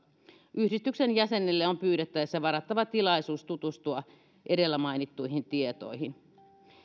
yhdistyksen jäsenille on pyydettäessä varattava tilaisuus tutustua edellä mainittuihin tietoihin